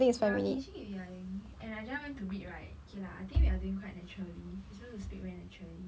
ya finishing already I think and I just went to read right okay lah I think we are doing quite naturally we are supposed to speak very naturally